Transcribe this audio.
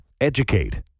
Educate